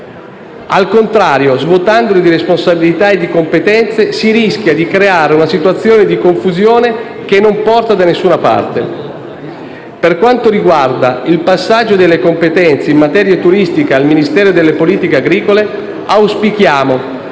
al contrario, svuotandolo di responsabilità e di competenze, si rischia di creare una situazione di confusione che non porta da nessuna parte. Per quanto riguarda il passaggio delle competenze in materia turistica al Ministero delle politiche agricole, auspichiamo